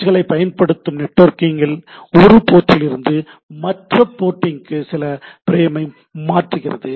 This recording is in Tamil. சுவிட்ச் களை பயன்படுத்தும் நெட்வொர்க்கில் ஒரு போர்ட்டிலிருந்து மற்ற போர்ட்டிற்கு ஃபிரேமை மாற்றுகிறது